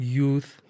youth